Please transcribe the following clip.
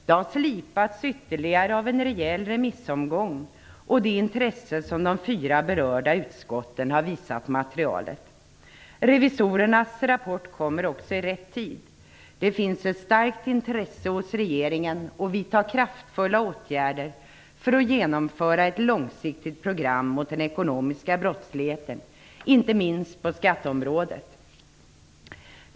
Det har slipats ytterligare av en rejäl remissomgång och av det intresse som de fyra berörda utskotten har visat materialet. Revisorernas rapport kommer också rätt i tid. Det finns ett starkt intresse hos regeringen för att vidta kraftfulla åtgärder och genomföra ett långsiktigt program mot den ekonomiska brottsligheten, inte minst på skatteområdet.